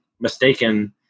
mistaken